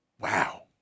Wow